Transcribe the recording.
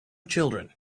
children